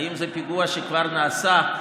האם זה פיגוע שכבר נעשה?